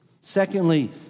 Secondly